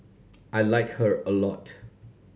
I like her a lot